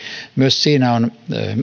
myös siinä on